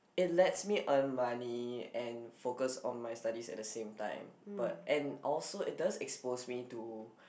it lets me earn money and focus on my study at the same time but and also it does expose me to